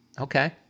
Okay